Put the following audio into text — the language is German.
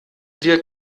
wir